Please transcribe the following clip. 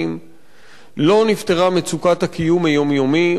לא נפתרה מצוקת הקיום היומיומי,